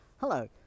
Hello